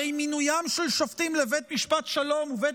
הרי מינוים של שופטים לבית משפט השלום ובית